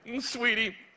sweetie